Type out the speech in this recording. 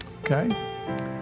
Okay